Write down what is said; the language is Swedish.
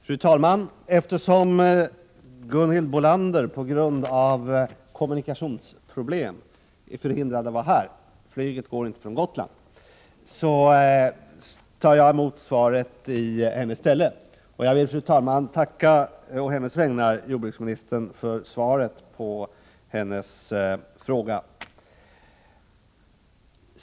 Fru talman! Eftersom Gunhild Bolander på grund av kommunikationsproblem är förhindrad att vara här — flyget går inte från Gotland — tar jag emot svaret i hennes ställe. Jag vill, fru talman, på Gunhild Bolanders vägnar tacka jordbruksministern för svaret på hennes fråga.